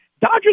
Dodgers